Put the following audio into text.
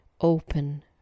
open